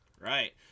Right